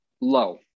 low